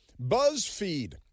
BuzzFeed